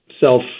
self